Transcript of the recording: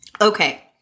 Okay